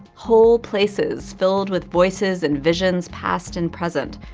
whole places filled with voices and visions past and present,